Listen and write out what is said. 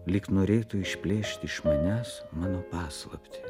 lyg norėtų išplėšti iš manęs mano paslaptį